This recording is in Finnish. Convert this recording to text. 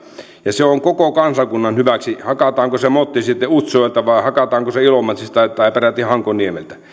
se on koko kansakunnan hyväksi hakataanko se motti sitten utsjoelta vai hakataanko se ilomantsista tai tai peräti hankoniemeltä